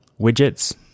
widgets